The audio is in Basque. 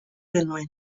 genuen